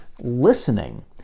listening